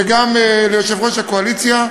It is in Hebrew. וגם ליושב-ראש הקואליציה,